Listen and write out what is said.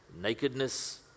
nakedness